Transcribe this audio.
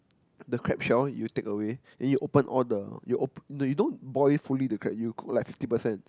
the crab shell you take away then you open all the you open no you don't boil fully the crab you cook like fifty percent